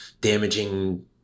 damaging